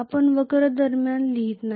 आपण वक्र दरम्यान लिहित नाही